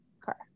car